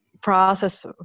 process